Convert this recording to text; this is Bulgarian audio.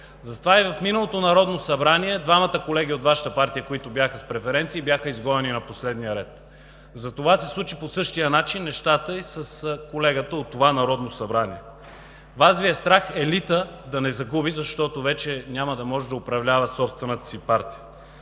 Затова и в миналото Народно събрание двамата колеги от Вашата партия, които бяха с преференции, бяха изгонени на последния ред. Затова се случиха по същия начин нещата и с колегата от това Народно събрание. Вас Ви е страх елитът да не загуби, защото вече няма да може да управлява собствената си партия.